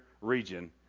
region